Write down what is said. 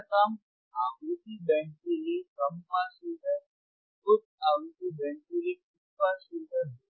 यह कम आवृत्ति बैंड के लिए कम पास फिल्टर उच्च आवृत्ति बैंड के लिए उच्च पास फिल्टर हो सकता है